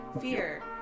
fear